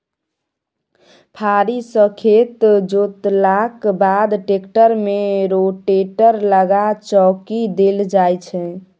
फारी सँ खेत जोतलाक बाद टेक्टर मे रोटेटर लगा चौकी देल जाइ छै